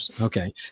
Okay